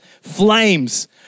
flames